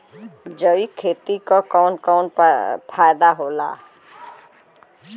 जैविक खेती क कवन कवन फायदा होला?